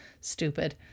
stupid